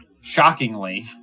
Shockingly